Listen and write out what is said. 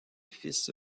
fils